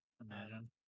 Imagine